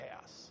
chaos